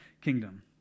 kingdom